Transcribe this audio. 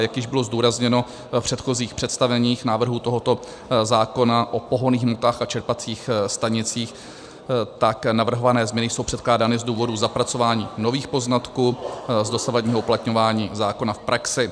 Jak již bylo zdůrazněno v předchozích představeních návrhu tohoto zákona o pohonných hmotách a čerpacích stanicích, tak navrhované změny jsou předkládány z důvodu zapracování nových poznatků z dosavadního uplatňování zákona v praxi.